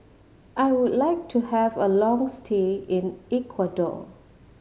I would like to have a long stay in Ecuador